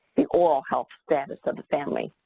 the oral health status of the family.